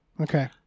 Okay